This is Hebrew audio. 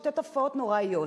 ושתי תופעות נוראיות.